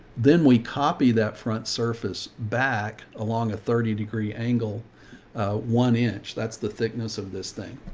then we copy that front surface back along a thirty degree angle, a one inch, that's the thickness of this thing.